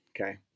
okay